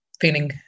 feeling